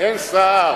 אין שר.